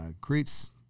creates